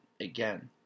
again